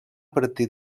partir